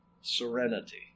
serenity